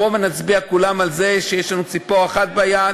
בוא ונצביע כולם על זה שיש לנו ציפור אחת ביד,